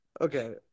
Okay